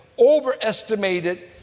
overestimated